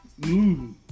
Mmm